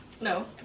No